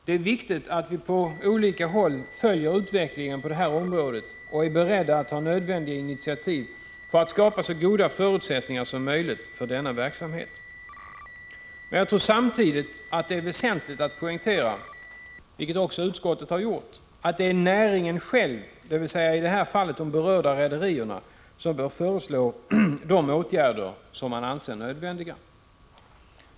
Det är viktigt att vi på olika håll följer utvecklingen på det här området och är beredda att ta nödvändiga initiativ för att skapa så goda förutsättningar som möjligt för denna verksamhet. Men jag tror samtidigt att det är väsentligt att poängtera — vilket utskottet också har gjort — att det är näringen själv, dvs. i det här fallet de berörda rederierna, som bör föreslå de åtgärder som man anser nödvändiga.